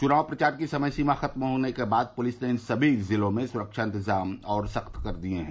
चुनाव प्रचार की समय सीमा खत्म हो जाने के बाद पुलिस ने इन सभी जिलों में सुरक्षा इंतजाम और सख्त कर दिये हैं